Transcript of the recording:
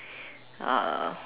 uh